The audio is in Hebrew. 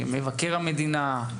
מבקר המדינה,